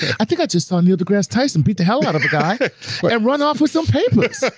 i think i just saw neil degrasse tyson beat the hell out of a guy and run off with some papers.